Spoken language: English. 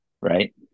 right